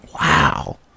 Wow